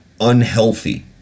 unhealthy